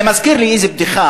זה מזכיר לי איזה בדיחה,